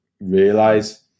realize